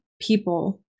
people